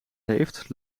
heeft